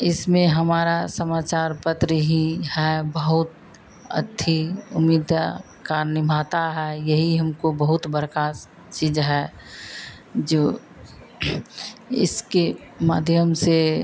इसमें हमारा समाचार पत्र ही है बहुत अथी उम्मीद का निभाता है यही हमारी बहुत बड़ी चीज़ है जो इसके माध्यम से